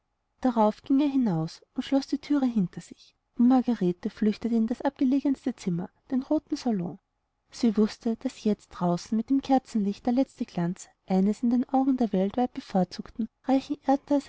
darauf ging er hinaus und schloß die thüre hinter sich und margarete flüchtete in das abgelegenste zimmer den roten salon sie wußte daß jetzt draußen mit dem kerzenlicht der letzte glanz eines in den augen der welt weit bevorzugten reichen